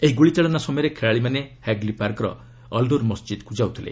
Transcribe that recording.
ଏହି ଗୁଳିଚାଳନା ସମୟରେ ଖେଳାଳିମାନେ ହ୍ୟାଗଲି ପାର୍କର ଅଲ୍ନୁର୍ ମସଜିଦ୍କୁ ଯାଉଥିଲେ